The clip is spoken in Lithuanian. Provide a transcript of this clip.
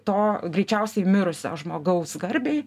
to greičiausiai mirusio žmogaus garbei